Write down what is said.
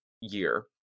year